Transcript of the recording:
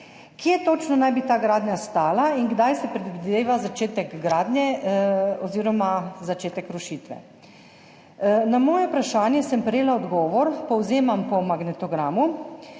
Kje točno naj bi ta gradnja stala? Kdaj se predvideva začetek gradnje oziroma začetek rušitve? Na svoje vprašanje sem prejela odgovor, povzemam po magnetogramu,